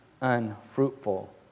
unfruitful